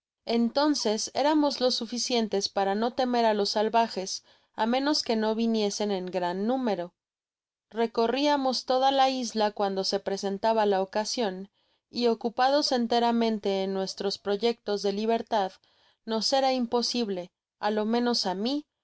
entonces éramos los suficientes para no temerá lo salvajes á menos que no viniesen en gran número recorríamos toda la isla euando se presentaba la ocasion y ocupados enteramente en nuestros proyectos de libertad nos era imposible á lo menos á mi